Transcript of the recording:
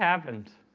happened